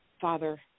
Father